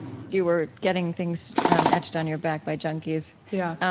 you were getting things etched on your back by junkies. yeah